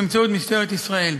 באמצעות משטרת ישראל.